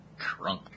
Crunk